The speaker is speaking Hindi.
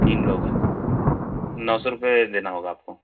तीन लोग हैं नौ सौ रुपये देना होगा आपको